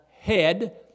head